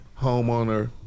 homeowner